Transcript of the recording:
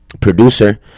producer